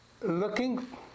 looking